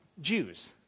Jews